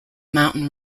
mountain